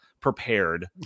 prepared